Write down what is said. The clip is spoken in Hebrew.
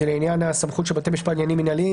זה לעניין הסמכות של בתי משפט לעניינים מינהליים